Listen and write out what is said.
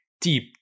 deep